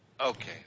Okay